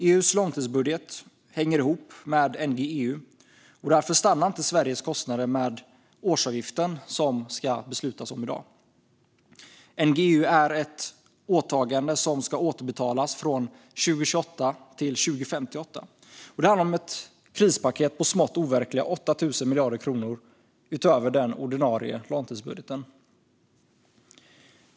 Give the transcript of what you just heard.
EU:s långtidsbudget hänger ihop med NGEU, och därför stannar inte Sveriges kostnader vid den årsavgift som det ska beslutas om i dag. NGEU är ett åtagande som ska återbetalas från 2028 till 2058. Det handlar om ett krispaket på smått overkliga 8 000 miljarder kronor utöver den ordinarie långtidsbudgeten.